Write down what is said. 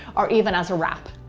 or even as a wrap.